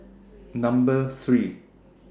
Number three